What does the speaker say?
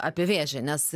apie vėžį nes